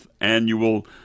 Annual